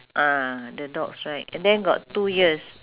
ah the dogs right and then got two ears